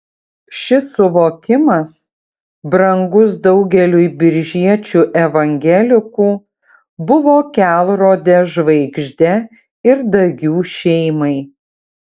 šis suvokimas brangus daugeliui biržiečių evangelikų buvo kelrode žvaigžde ir dagių šeimai